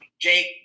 jake